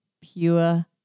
pure